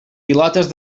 pilotes